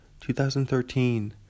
2013